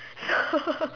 ya